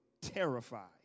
terrified